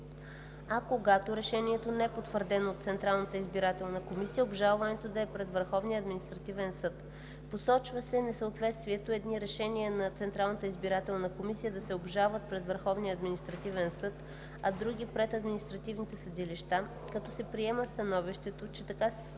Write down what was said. а когато решението не е потвърдено от Централната избирателна комисия, обжалването да е пред Върховния административен съд. Посочва се несъответствието едни решения на Централната избирателна комисия да се обжалват пред Върховния административен съд, а други – пред административните съдилища, като се приема становището, че така се създават